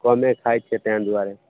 कमे खाइत छियै तहि दुआरे